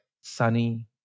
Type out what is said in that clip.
sunny